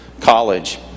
college